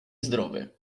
zdrowy